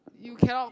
you cannot